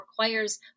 requires